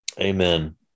Amen